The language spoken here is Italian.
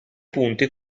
punti